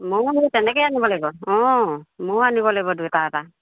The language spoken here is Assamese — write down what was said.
ময়ো মোৰ তেনেকেই আনিব লাগিব অঁ ময়ো আনিব লাগিব দুইটা এটা